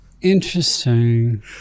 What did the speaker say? Interesting